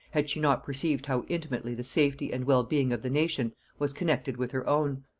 had she not perceived how intimately the safety and well-being of the nation was connected with her own.